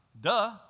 Duh